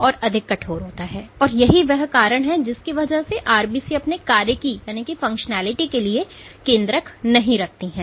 यह अधिक कठोर होता है और यही वह कारण है जिसकी वजह से आरबीसी अपने कार्यकी के लिए केंद्रक नहीं रखती है